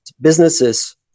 businesses